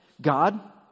God